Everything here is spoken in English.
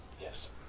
Yes